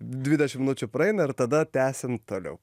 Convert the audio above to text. dvidešim minučių praeina ir tada tęsiam toliau